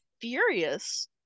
furious